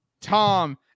Tom